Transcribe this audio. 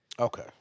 Okay